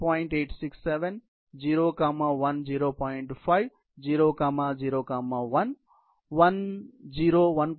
5 0 0 1 1 0 1